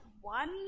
one